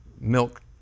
milk